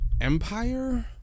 Empire